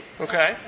Okay